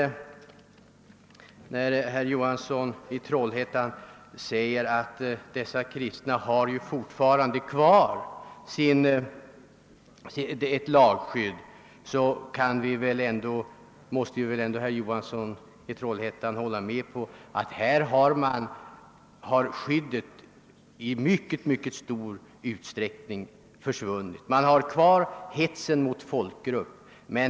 Herr Johansson i Trollhättan sade att de kristna fortfarande har kvar ett lagskydd. Men herr Johansson måste väl ändå hålla med om att en mycket stor del av skyddet har försvunnit. Vad som återstår är kriminaliseringen av hets mot folkgrupp.